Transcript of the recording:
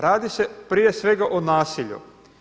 Radi se prije svega o nasilju.